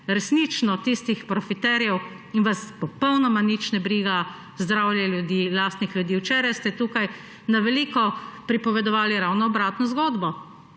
resnično tistih profitarjev in vas popolnoma nič ne briga zdravje ljudi. Lastnih ljudi! Včeraj ste tukaj na veliko pripovedovali ravno obratno zgodbo,